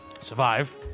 survive